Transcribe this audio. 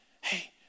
Hey